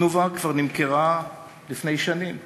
"תנובה" כבר נמכרה לפני שנים